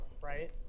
right